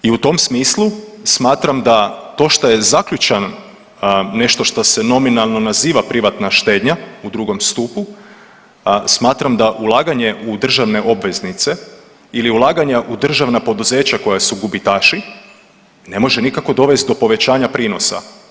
I u tom smislu smatram da to što je zaključan nešto što se nominalno naziva privatna štednja u drugom stupu, smatram da ulaganje u državne obveznice ili ulaganja u državna poduzeća koja su gubitaši ne može nikako dovesti do povećanja prinosa.